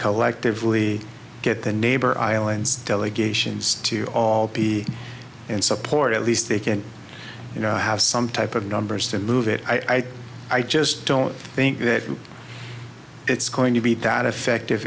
collectively get the neighbor islands delegations to all be in support at least they can you know have some type of numbers to move it i think i don't think that it's going to be that effective